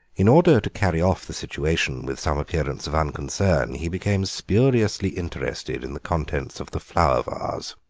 in order to carry off the situation with some appearance of unconcern he became spuriously interested in the contents of the flower-vase.